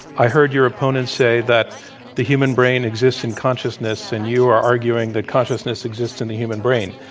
i heard your opponents say that the human brain exists in consciousness, and you are arguing that consciousness exists in the human brain,